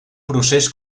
procés